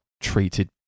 treated